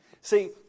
See